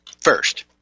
First